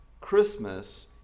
Christmas